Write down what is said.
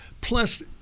Plus